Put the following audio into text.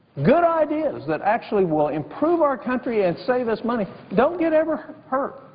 good ideas that actually will improve our country and save us money don't get ever heard.